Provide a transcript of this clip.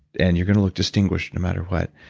and you're going to look distinguished no matter what.